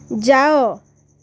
ଯାଅ